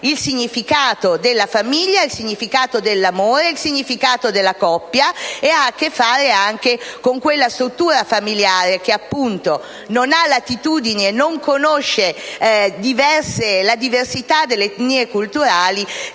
il significato della famiglia, dell'amore, della coppia e anche con quella struttura familiare, che appunto non ha latitudini e non conosce la diversità delle etnie culturali,